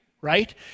right